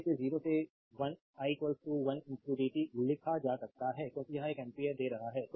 तो इसे 0 से 1 i 1 dt लिखा जा सकता है क्योंकि यह एक एम्पियर दे रहा है